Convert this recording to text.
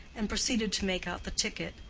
and proceeded to make out the ticket,